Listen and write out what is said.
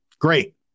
great